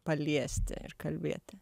paliesti ir kalbėti